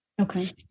Okay